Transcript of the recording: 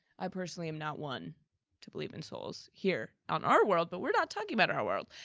i personally am not one to believe in souls, here on our world but we're not talking about our world.